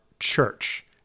church